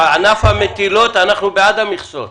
בענף המטילות אנחנו בעד המכסות.